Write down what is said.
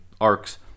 arcs